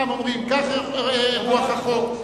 פעם אומרים כך רוח החוק.